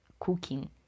cooking